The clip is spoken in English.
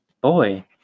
Boy